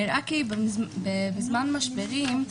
נראה כי בזמן משברים,